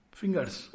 fingers